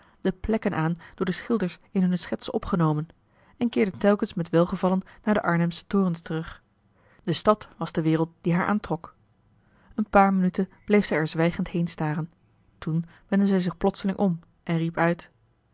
de plekken aan door de schilders in hunne schetsen opgenomen en keerde telkens met welgevallen naar de arnhemsche torens terug de stad was de wereld die haar aantrok een paar minuten bleef zij er zwijgend heenstaren toen wendde zij zich plotseling om en riep uit